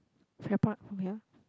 Farrer-Park from here